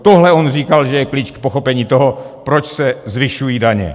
Tohle on říkal, že je klíč k pochopení toho, proč se zvyšují daně.